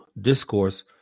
discourse